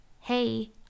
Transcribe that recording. hey